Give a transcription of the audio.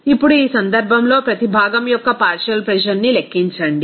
ఇప్పుడు ఈ సందర్భంలో ప్రతి భాగం యొక్క పార్షియల్ ప్రెజర్ ని లెక్కించండి